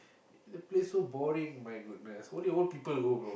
the place so boring my goodness only old people go bro